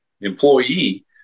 employee